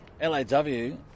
L-A-W